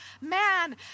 man